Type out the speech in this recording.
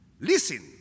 Listen